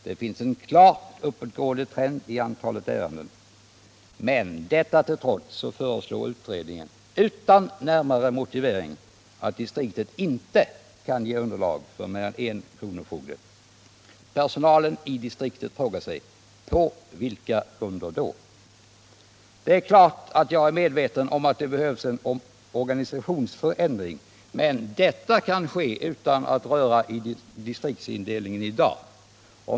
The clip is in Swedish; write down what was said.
Det finns en klart uppåtgående trend i antalet ärenden, men detta till trots uttalar utredningen, utan närmare motivering, att distriktet inte kan ge underlag för mer än en kronofogde. Personalen i distriktet frågar sig: På vilka grunder? Det är klart att jag är medveten om att det behövs en organisationsförändring, men detta kan ske utan att röra i distriktsindelningen i dag.